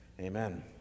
Amen